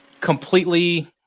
completely